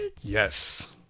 yes